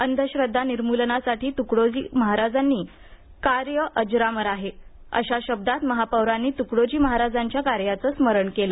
अंधश्रध्दा निर्मूलनासाठी तूकडोजी महाराजांनी केलेलं कार्य अजरामर आहे अशा शब्दात महापौरांनी तुकडोजी महाराजांच्या कार्याचं स्मरण केलं